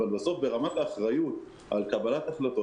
אבל בסוף ברמת האחריות על קבלת החלטות